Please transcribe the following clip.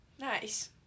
Nice